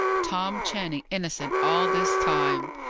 tom channing innocent all this time!